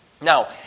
Now